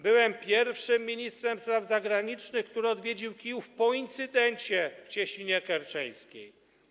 Byłem pierwszym ministrem spraw zagranicznych, który odwiedził Kijów po incydencje w Cieśninie Kerczeńskiej.